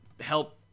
help